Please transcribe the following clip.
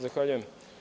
Zahvaljujem.